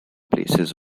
places